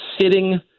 sitting